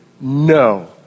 No